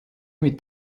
mit